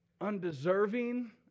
undeserving